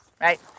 right